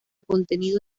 contenido